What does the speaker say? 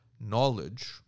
knowledge